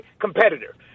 competitor